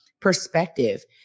perspective